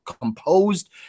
composed